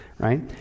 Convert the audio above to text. Right